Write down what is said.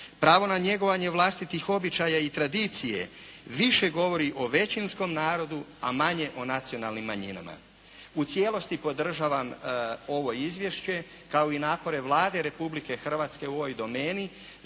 pravo na njegovanje vlastitih običaja i tradicije više govori o većinskom narodu o manje o nacionalnim manjinama. U cijelosti podržavam ovo izvješće kao i napore Vlade Republike Hrvatske u ovoj domeni